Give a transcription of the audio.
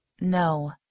No